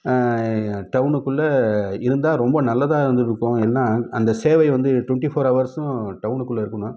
டவுனுக்குள்ளே இருந்தால் ரொம்ப நல்லதாக இருந்துருக்கும் எல்லா அந்த சேவை வந்து டுவென்ட்டி ஃபோர் ஹவர்ஸ்ஸும் டவுனுக்குள்ளே இருக்கனும்